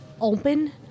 open